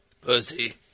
Pussy